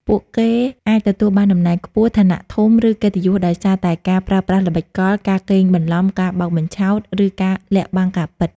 ពួកគេអាចទទួលបានតំណែងខ្ពស់ ឋានៈធំ ឬកិត្តិយសដោយសារតែការប្រើប្រាស់ល្បិចកល ការកេងបន្លំ ការបោកបញ្ឆោត ឬការលាក់បាំងការពិត។